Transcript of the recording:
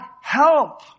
help